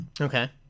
Okay